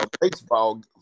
baseball